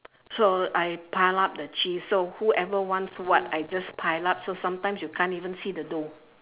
so I piled up the cheese so whoever wants what I just pile up so sometimes you can't even see the dough